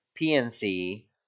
PNC